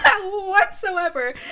whatsoever